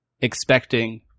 expecting